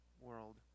world